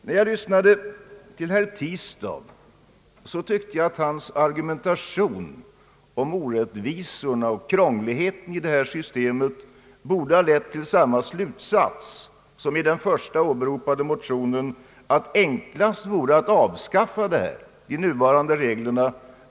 När jag lyssnade till herr Tistad tyckte jag att hans argumentation om orättvisorna och krångligheten i detta system borde ha lett till samma slutsats som i den första åberopade motionen, att enklast vore att avskaffa detta avdrag i de nuvarande reglerna.